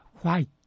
white